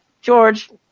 George